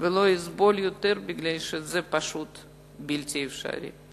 ולא יסבול יותר, מפני שזה פשוט בלתי אפשרי.